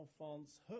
Alphonse